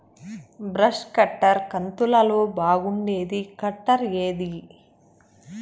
Brush cutter కంతులలో బాగుండేది cutter ఏది?